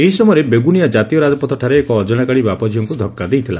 ଏହି ସମୟରେ ବେଗୁନିଆ ଜାତୀୟ ରାକପଥ ଠାରେ ଏକ ଅଜଣା ଗାଡି ବାପଝିଅଙ୍କୁ ଧକୁା ଦେଇଥିଲା